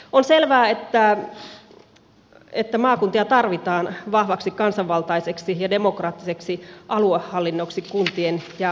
on selvää että maakuntia tarvitaan vahvaksi kansanvaltaiseksi ja demokraattiseksi aluehallinnoksi kuntien ja valtion väliin